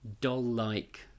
doll-like